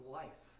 life